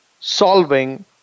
solving